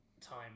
time